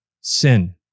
sin